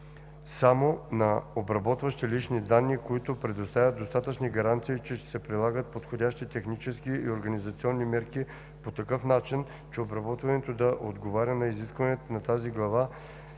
само на обработващи лични данни, които предоставят достатъчни гаранции, че ще прилагат подходящи технически и организационни мерки по такъв начин, че обработването да отговаря на изискванията на тази глава